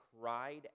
cried